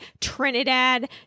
trinidad